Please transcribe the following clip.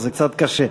אז זה קצת קשה.